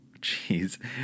Jeez